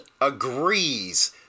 agrees